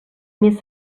més